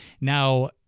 Now